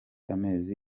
amezi